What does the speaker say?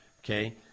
okay